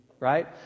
right